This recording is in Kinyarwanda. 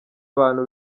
bantu